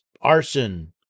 arson